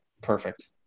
perfect